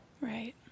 Right